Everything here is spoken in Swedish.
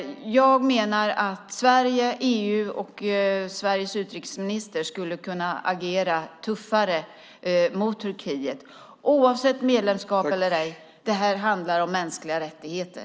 Jag menar att Sverige, EU och Sveriges utrikesminister skulle kunna agera tuffare mot Turkiet, oavsett medlemskap eller ej. Det här handlar om mänskliga rättigheter.